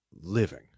living